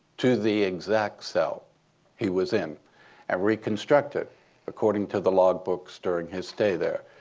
to the exact cell he was in and reconstruct it according to the logbooks during his stay there.